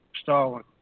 Stalin